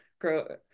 grow